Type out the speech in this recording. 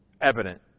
evident